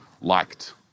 liked